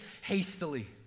hastily